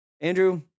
Andrew